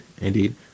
Indeed